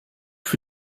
für